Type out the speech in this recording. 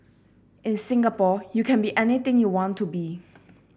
in Singapore you can be anything you want to be